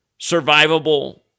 survivable